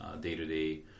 day-to-day